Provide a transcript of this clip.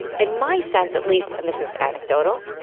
and my sense at least and this is adic total,